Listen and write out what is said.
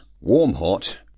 warm-hot